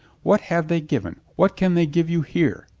what have they given, what can they give you here?